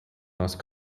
most